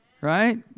right